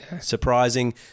Surprising